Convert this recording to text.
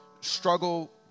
struggle